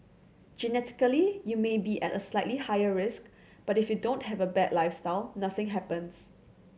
genetically you may be at a slightly higher risk but if you don't have a bad lifestyle nothing happens